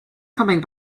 coming